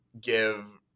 give